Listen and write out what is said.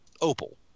Opal